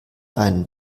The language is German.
einen